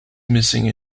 missing